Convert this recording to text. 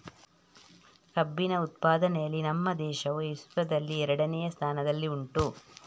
ಕಬ್ಬಿನ ಉತ್ಪಾದನೆಯಲ್ಲಿ ನಮ್ಮ ದೇಶವು ವಿಶ್ವದಲ್ಲಿ ಎರಡನೆಯ ಸ್ಥಾನದಲ್ಲಿ ಉಂಟು